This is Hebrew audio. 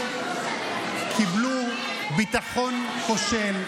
קיבלו ביטחון כושל,